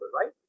right